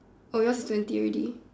oh yours is twenty already